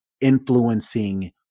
influencing